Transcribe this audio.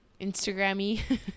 Instagram-y